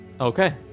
Okay